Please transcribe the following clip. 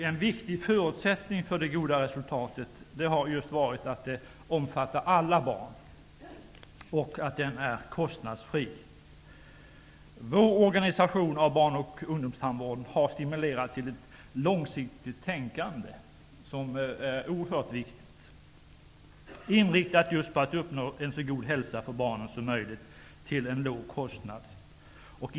En viktig förutsättning för det goda resultatet har just varit att tandvården omfattar alla barn och att den är kostnadsfri. Vår organisationen av barn och ungdomstandvården har stimulerat till ett långsiktigt tänkande, som är oerhört viktigt. Det är inriktat just på att uppnå en så god hälsa som möjligt för barnen till en låg kostnad.